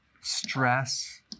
stress